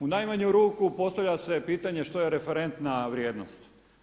U najmanju ruku, postavlja se pitanje što je referentna vrijednost.